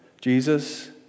Jesus